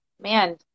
man